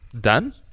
done